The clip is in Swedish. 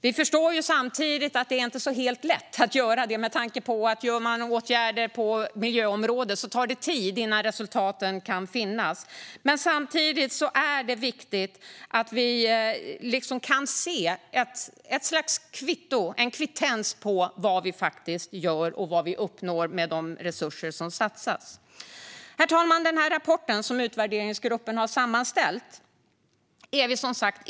Vi förstår att det inte är så lätt med tanke på att det tar tid innan resultat av vidtagna miljöåtgärder syns, men samtidigt är det viktigt att få ett kvitto på vad som görs och faktiskt uppnås med de resurser som satsas. Herr talman! Vi är som sagt eniga om den rapport som utvärderingsgruppen har sammanställt. Konsensus råder.